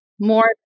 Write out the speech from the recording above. more